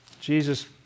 Jesus